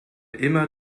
immer